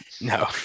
No